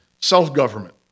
self-government